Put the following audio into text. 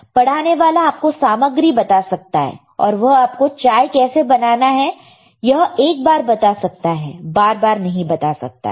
पढ़ाने वाला आपको सामग्री बता सकता है और वह आपको चाय कैसे बनाना है यह एक बार बता सकता है बार बार नहीं बता सकता है